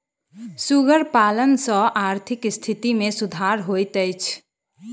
सुगर पालन सॅ आर्थिक स्थिति मे सुधार होइत छै